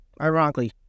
ironically